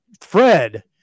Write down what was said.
Fred